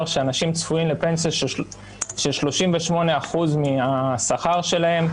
שאנשים צפויים לפנסיה של 38% מהשכר שלהם,